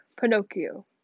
Pinocchio